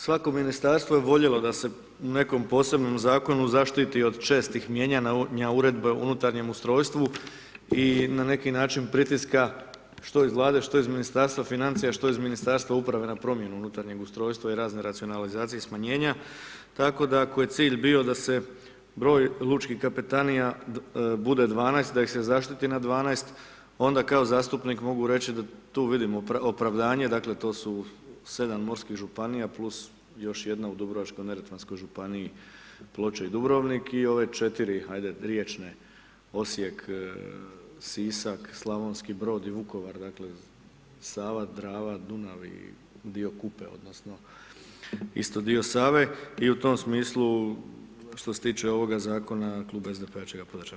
Svako Ministarstvo bi voljelo da se nekom posebnom Zakonu zaštiti od čestih mijenjanja Uredbe o unutarnjem ustrojstvu, i na neki način pritiska, što iz Vlade, što iz Ministarstva financija, što iz Ministarstva uprave na promjenu unutarnjeg ustrojstva i razne racionalizacije i smanjenja, tako da ako je cilj bio da se broj lučkih kapetanija bude 12, da ih se zaštiti na 12, onda kao zastupnik mogu reći da tu vidim opravdanje, dakle to su 7 morskih županija plus još jedna u Dubrovačko-neretvanskoj županiji, Ploče i Dubrovnik, i ove 4 ajde riječne, Osijek, Sisak, Slavonski Brod i Vukovar, dakle Sava, Drava, Dunav i dio Kupe odnosno isto dio Save, i u tom smislu što se tiče ovoga Zakona, Klub SDP-a će ga podržati.